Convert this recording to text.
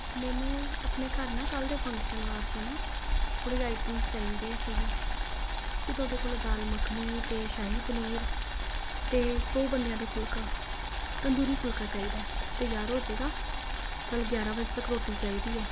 ਮੈਨੂੰ ਆਪਣੇ ਘਰ ਨਾ ਕੱਲ੍ਹ ਦੇ ਫੰਕਸ਼ਨ ਵਾਸਤੇ ਨਾ ਥੋੜ੍ਹੇ ਆਈਟਮਸ ਚਾਹੀਦੇ ਸੀਗੇ ਕੀ ਤੁਹਾਡੇ ਕੋਲ ਦਾਲ ਮੱਖਣੀ ਅਤੇ ਸ਼ਾਹੀ ਪਨੀਰ ਅਤੇ ਸੌ ਬੰਦਿਆਂ ਦੀ ਫੁਲਕਾ ਤੰਦੂਰੀ ਫੁਲਕਾ ਚਾਹੀਦਾ ਹੈ ਤਿਆਰ ਹੋ ਜਾਵੇਗਾ ਕੱਲ੍ਹ ਗਿਆਰਾਂ ਵਜੇ ਤੱਕ ਰੋਟੀ ਚਾਹੀਦੀ ਹੈ